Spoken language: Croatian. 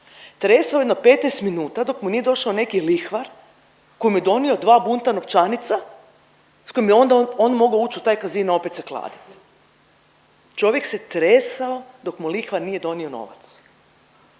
tresao jedno 15 minuta dok mu nije došao neki lihvar koji mu je donio dva bunta novčanica sa kojima je onda on mogao ući u taj casino opet se kladiti. Čovjek se tresao dok mu lihvar nije donio novac.